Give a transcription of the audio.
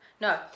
No